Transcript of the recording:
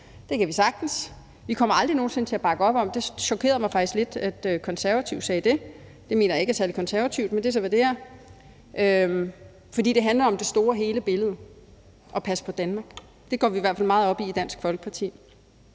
Det kan vi sagtens. Vi kommer aldrig nogen sinde til at bakke op om det. Det chokerede mig faktisk lidt, at Konservative sagde det. Det mener jeg ikke er særlig konservativt, men det er så, hvad det er. Det handler omdet store billede: at passe på Danmark. Det går vi i hvert fald meget op i i Dansk Folkeparti.